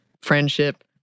friendship